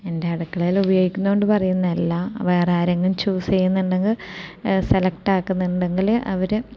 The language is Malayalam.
എൻ്റെ അടുക്കളയിൽ ഉപയോഗിക്കുന്നതുകൊണ്ട് പറയുന്നതല്ല വേറെ ആരെങ്കിലും ചൂസ് ചെയ്യുന്നുണ്ടെങ്കിൽ സെലക്ട് ആക്കുന്നുണ്ടെങ്കിൽ അവർ